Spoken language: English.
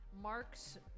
Mark's